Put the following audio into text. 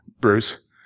Bruce